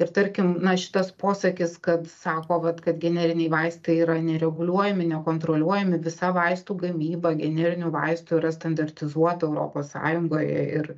ir tarkim na šitas posakis kad sako vat kad generiniai vaistai yra nereguliuojami nekontroliuojami visa vaistų gamyba generinių vaistų yra standartizuota europos sąjungoje ir